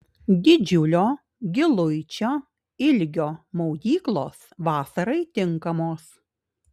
didžiulio giluičio ilgio maudyklos vasarai tinkamos